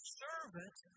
servant